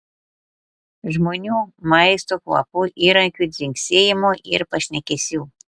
žmonių maisto kvapų įrankių dzingsėjimo ir pašnekesių